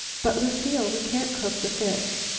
but, lucile, we can't cook the fish.